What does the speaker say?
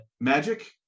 magic